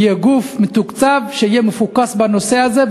יהיה גוף מתוקצב שיהיה מפוקס בנושא הזה.